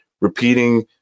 repeating